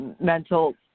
mental